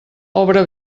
obra